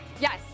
Yes